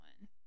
one